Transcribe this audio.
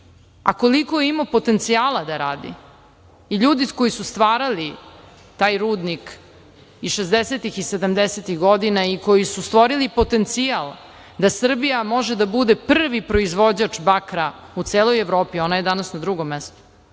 a koliko je imao potencijala da radi. Ljudi koji su stvarali taj rudnik i 60-tih i 70-tih godina i koji su stvorili potencijal da Srbija može da bude prvi proizvođač bakra u celoj Evropi, ona je danas na drugom mestu